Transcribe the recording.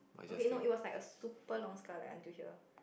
okay no it was like a super long skirt like until here